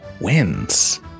wins